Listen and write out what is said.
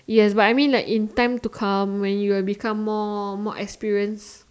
yes but I mean like in time to come when you have become more more experience